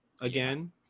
again